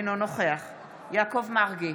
אינו נוכח יעקב מרגי,